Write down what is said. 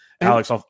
Alex